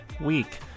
week